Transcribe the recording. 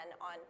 on